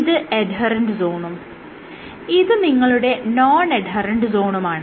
ഇത് എഡ്ഹെറെന്റ് സോണും ഇത് നിങ്ങളുടെ നോൺ എഡ്ഹെറെന്റ് സോണുമാണ്